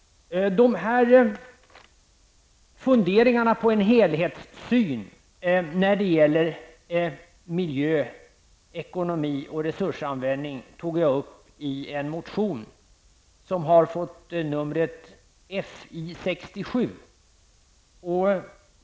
Dessa funderingar om en helhetssyn på miljö, ekonomi och resursanvändning har jag tagit upp i motion Fi67.